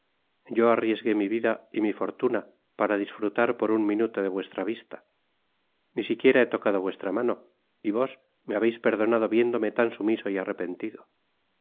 yo arriesgué mi vida y mi fortuna para disfrutar por un minuto de vuestra vista ni siquiera he tocado vuestra mano y vos me habeis perdonado viéndome tan sumiso y arrepentido